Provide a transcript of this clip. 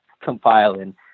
compiling